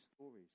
stories